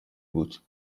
بود